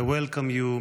I welcome you,